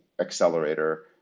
accelerator